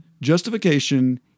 justification